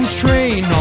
train